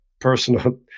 personal